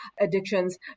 addictions